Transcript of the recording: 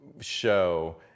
show